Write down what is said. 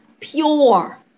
pure